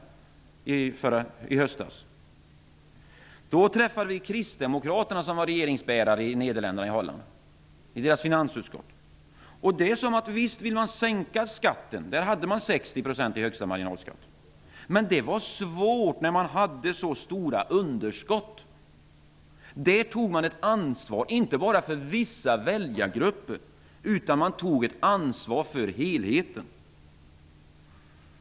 Då träffade vi Kristdemokraterna, som var regeringsbärare, i finansutskottet. Där sades det: Visst vill man sänka skatten -- man hade 60 % som högsta marginalskatt. Men det var svårt eftersom man hade mycket stora underskott. Man tog ett ansvar, inte för vissa väljargrupper utan för helheten.